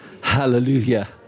Hallelujah